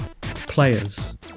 players